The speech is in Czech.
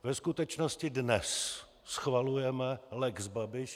Ve skutečnosti dnes schvalujeme lex Babiš.